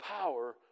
power